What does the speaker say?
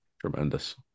Tremendous